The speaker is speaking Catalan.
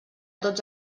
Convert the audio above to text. tots